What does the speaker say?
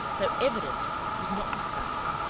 though evident was not disgusting,